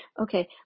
Okay